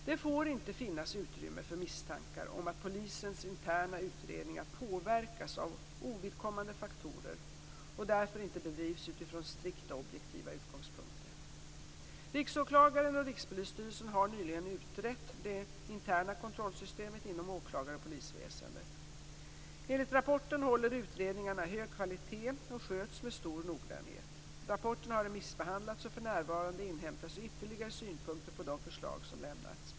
Det får inte finnas utrymme för misstankar om att polisens interna utredningar påverkas av ovidkommande faktorer och därför inte bedrivs utifrån strikt objektiva utgångspunkter. Riksåklagaren och Rikspolisstyrelsen har nyligen utrett det interna kontrollsystemet inom åklagar och polisväsendet. Enligt rapporten håller utredningarna hög kvalitet och sköts med stor noggrannhet. Rapporten har remissbehandlats och för närvarande inhämtas ytterligare synpunkter på de förslag som lämnats.